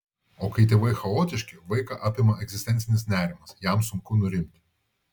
o kai tėvai chaotiški vaiką apima egzistencinis nerimas jam sunku nurimti